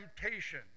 temptation